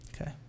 Okay